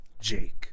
Jake